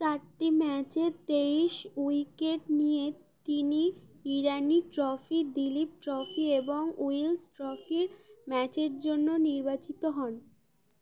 চারটি ম্যাচে তেইশ উইকেট নিয়ে তিনি ইরানি ট্রফি দিলীপ ট্রফি এবং উইলস ট্রফির ম্যাচের জন্য নির্বাচিত হন